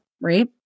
right